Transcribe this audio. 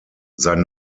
sein